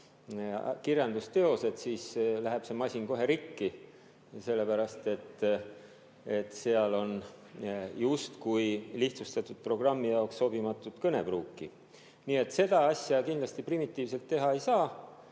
kirjandusteosed, siis läheks see masin kohe rikki, sellepärast et seal on justkui lihtsustatud programmi jaoks sobimatut kõnepruuki. Nii et seda asja kindlasti primitiivselt teha ei saa.